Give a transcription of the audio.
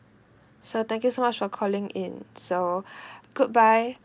so thank you so much for calling in so goodbye